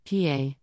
PA